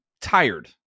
tired